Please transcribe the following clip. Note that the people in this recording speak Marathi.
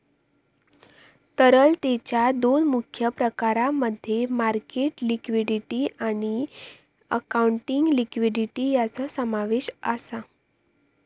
तरलतेच्या दोन मुख्य प्रकारांमध्ये मार्केट लिक्विडिटी आणि अकाउंटिंग लिक्विडिटी यांचो समावेश आसा